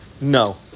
no